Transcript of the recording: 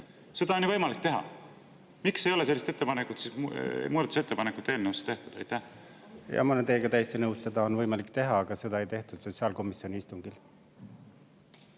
Seda on ju võimalik teha. Miks ei ole sellist muudatusettepanekut eelnõusse tehtud? Jaa, ma olen teiega täiesti nõus. Seda on võimalik teha, aga seda ei tehtud sotsiaalkomisjoni istungil.